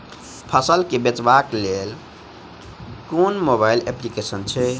फसल केँ बेचबाक केँ लेल केँ मोबाइल अप्लिकेशन छैय?